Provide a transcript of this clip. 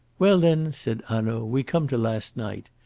well, then, said hanaud, we come to last night.